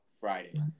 Friday